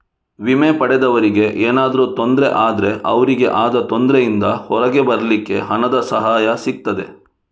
ವಿಮೆ ಪಡೆದವರಿಗೆ ಏನಾದ್ರೂ ತೊಂದ್ರೆ ಆದ್ರೆ ಅವ್ರಿಗೆ ಆದ ತೊಂದ್ರೆಯಿಂದ ಹೊರಗೆ ಬರ್ಲಿಕ್ಕೆ ಹಣದ ಸಹಾಯ ಸಿಗ್ತದೆ